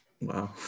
wow